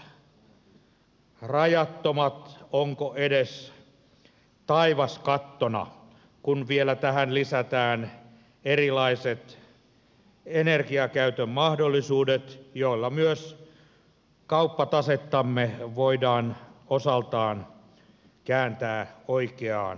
mahdollisuudet ovat rajattomat onko edes taivas kattona kun vielä tähän lisätään erilaiset energiakäytön mahdollisuudet joilla myös kauppatasettamme voidaan osaltaan kääntää oikeaan suuntaan